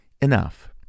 enough